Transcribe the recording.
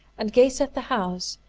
and gazed at the house,